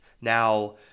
Now